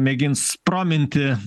mėgins prominti